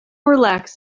relax